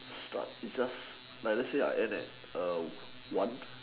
start it just like let's say I end at one